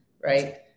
right